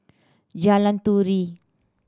Jalan Turi